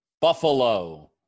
Buffalo